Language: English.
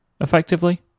effectively